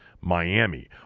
Miami